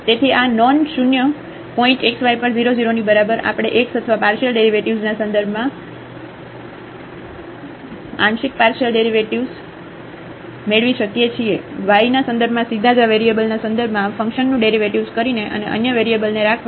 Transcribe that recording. તેથી આ ન nonન શૂન્ય પોઇન્ટ xy પર 0 0 ની બરાબર નહીં આપણે x અથવા પાર્શિયલ ડેરિવેટિવ્ઝના સંદર્ભમાં વ્યુઅરંશિક પાર્શિયલ ડેરિવેટિવ્ઝ મેળવી શકીએ છીએ y ના સંદર્ભમાં સીધા જ આ વેરિયેબલના સંદર્ભમાં આ ફંકશનનુંડેરિવેટિવ્ઝ કરીને અને અન્ય વેરિયેબલને રાખવા